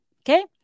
Okay